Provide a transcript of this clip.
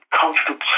comfortable